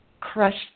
crushed